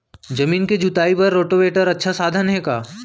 जमीन के जुताई बर रोटोवेटर अच्छा साधन हे का?